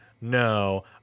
No